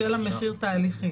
שיהיה לה מחיר תהליכי.